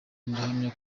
ndahamya